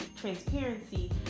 transparency